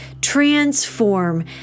transform